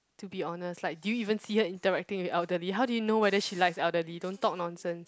to be honest like do you even see her interacting with elderly how do you know whether she likes elderly don't talk nonsense